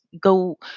go